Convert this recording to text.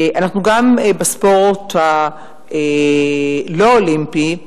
גם בספורט הלא-אולימפי,